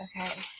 okay